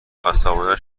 عصبانیت